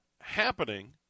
happening